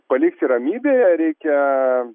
palikti ramybėje reikia